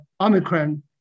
Omicron